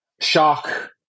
shock